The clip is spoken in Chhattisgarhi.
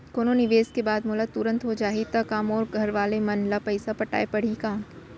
कोनो निवेश के बाद मोला तुरंत हो जाही ता का मोर घरवाले मन ला पइसा पटाय पड़ही का?